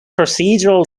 procedural